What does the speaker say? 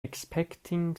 expecting